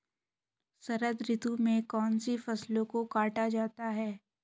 शरद ऋतु में कौन सी फसलों को काटा जाता है?